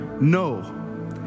No